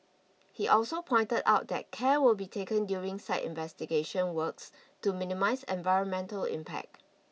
he also pointed out that care will be taken during site investigation works to minimise environmental impact